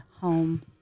home